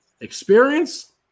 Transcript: Experience